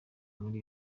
muri